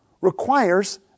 requires